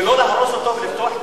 ולא להרוס אותו ולפתוח,